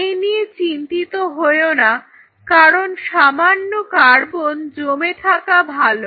এই নিয়ে চিন্তিত হয়ো না কারণ সামান্য কার্বন জমে থাকা ভালো